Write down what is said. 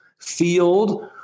field